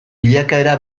bilakaera